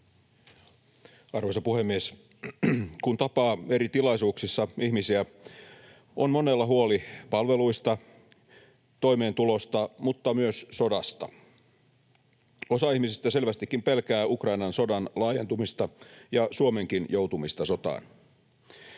Arvoisa puhemies! Kun tapaa eri tilaisuuksissa ihmisiä, on monella huoli palveluista, toimeentulosta, mutta myös sodasta. Osa ihmisistä selvästikin pelkää Ukrainan sodan laajentumista ja Suomenkin joutumista sotaan.